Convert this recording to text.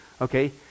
okay